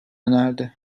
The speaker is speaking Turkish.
önerdi